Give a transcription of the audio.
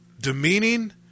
demeaning